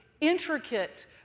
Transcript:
intricate